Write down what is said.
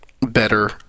better